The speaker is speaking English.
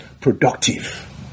productive